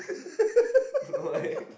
why